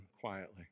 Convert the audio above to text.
quietly